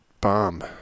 bomb